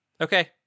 Okay